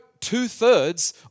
two-thirds